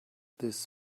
this